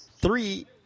Three